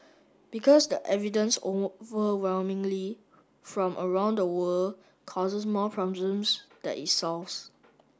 because the evidence overwhelmingly from around the world causes more problems than it solves